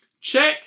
check